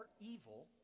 evil